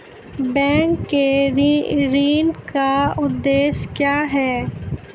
Bank के ऋण का उद्देश्य क्या हैं?